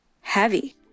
heavy